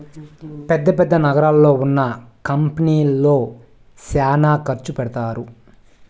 పెద్ద పెద్ద నగరాల్లో ఉన్న కంపెనీల్లో శ్యానా ఖర్చు పెడతారు